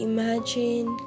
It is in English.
Imagine